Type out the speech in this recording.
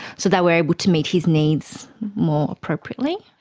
so that we are able to meet his needs more appropriately.